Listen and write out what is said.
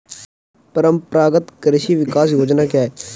परंपरागत कृषि विकास योजना क्या है?